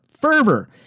fervor